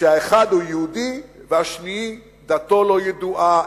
כשהאחד הוא יהודי והשני דתו לא ידועה,